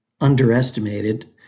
underestimated